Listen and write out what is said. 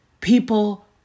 people